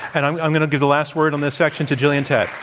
and i'm i'm going to give the last word on this section to gillian tett.